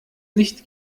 nicht